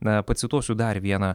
na pacituosiu dar vieną